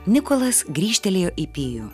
nikolas grįžtelėjo į pijų